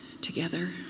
together